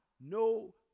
no